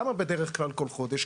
למה בדרך כלל כל חודש?